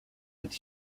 but